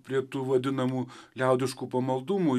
prie tų vadinamų liaudiškų pamaldumų